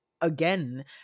again